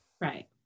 Right